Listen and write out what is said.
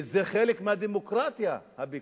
כי זה חלק מהדמוקרטיה, הביקורת.